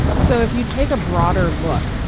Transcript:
so if you take a broader look,